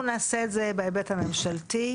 אנחנו נעשה את זה בהיבט הממשלתי.